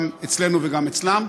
גם אצלנו וגם אצלם.